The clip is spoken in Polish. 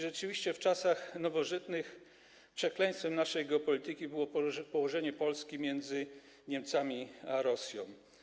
Rzeczywiście w czasach nowożytnych przekleństwem naszej polityki było położenie Polski między Niemcami a Rosją.